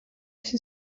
się